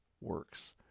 works